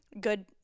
good